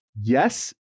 yes